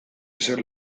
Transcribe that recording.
ezer